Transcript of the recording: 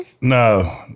no